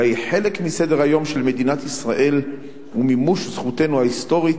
אלא היא חלק מסדר-היום של מדינת ישראל ומימוש זכותנו ההיסטורית,